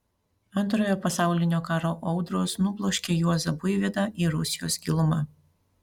antrojo pasaulinio karo audros nubloškė juozą buivydą į rusijos gilumą